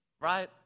right